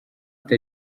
ati